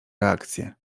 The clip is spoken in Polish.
reakcje